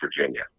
Virginia